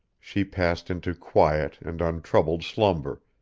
she passed into quiet and untroubled slumber,